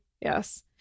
Yes